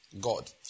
God